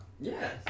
Yes